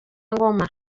ngoma